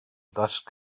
dust